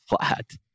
flat